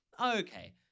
Okay